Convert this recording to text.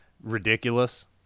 ridiculous